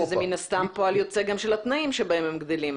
שזה מן הסתם גם פועל יוצא של התנאים שבהם הם גדלים,